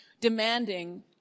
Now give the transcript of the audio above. demanding